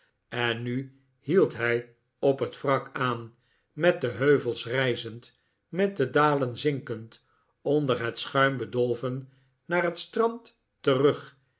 en nu hield hij op het wrak aan met de heuvels rijzend met de dalen zinkend onder het schuim bedolven naar het strand terug